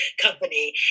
company